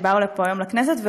שבאו היום לכנסת,